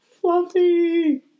Fluffy